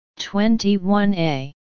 21A